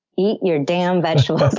eat your damn vegetables.